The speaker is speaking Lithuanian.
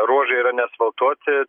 ruožai yra neasfaltuoti